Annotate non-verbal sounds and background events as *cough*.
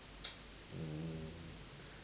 *noise*